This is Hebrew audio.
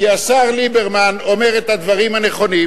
כי השר ליברמן אומר את הדברים הנכונים,